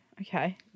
Okay